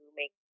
make